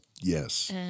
Yes